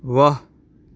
ਵਾਹ